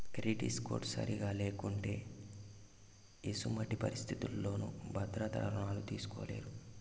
credit score సరిగా లేకుంటే ఎసుమంటి పరిస్థితుల్లోనూ భద్రత రుణాలు తీస్కోలేరు